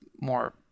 more